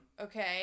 Okay